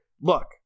look